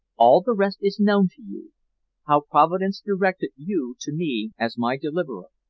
all the rest is known to you how providence directed you to me as my deliverer,